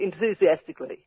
enthusiastically